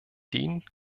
den